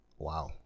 Wow